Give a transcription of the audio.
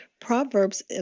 Proverbs